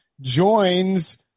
joins